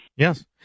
Yes